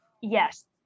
yes